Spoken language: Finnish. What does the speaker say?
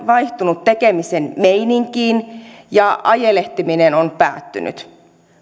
vaihtunut tekemisen meininkiin ja ajelehtiminen on päättynyt